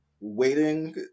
waiting